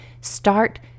Start